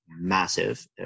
massive